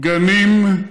גנים,